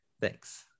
thanks